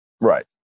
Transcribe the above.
Right